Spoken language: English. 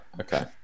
Okay